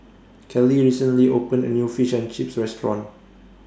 Kelly recently opened A New Fish and Chips Restaurant